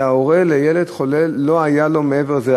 הורה לילד חולה לא היה לו מעבר לזה.